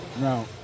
No